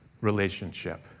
relationship